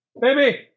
Baby